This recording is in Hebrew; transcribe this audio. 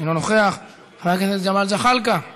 אינו נוכח, חבר הכנסת ג'מאל זחאלקה,